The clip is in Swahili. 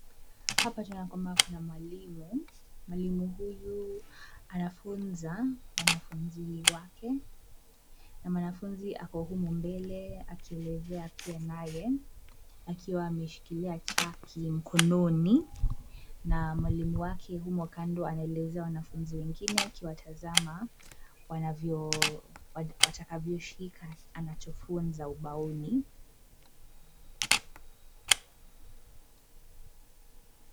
Hapa tunaona kwamba kuna mwalimu, mwalimu huyu anafunza wanafunzi wake. Na mwanafunzi ako humo mbele akielezea pia naye; akiwa ameshikilia chaki mkononi. Na mwalimu wake yumo kando anawaelezea wanafunzi wengine, akiwatazama watakavyoshika anachofunza ubaoni.